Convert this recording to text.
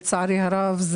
לצערי הרב,